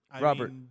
Robert